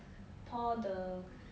pour the